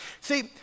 See